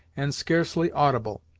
and scarcely audible.